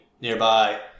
nearby